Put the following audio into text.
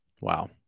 Wow